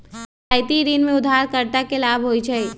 रियायती ऋण में उधारकर्ता के लाभ होइ छइ